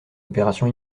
opération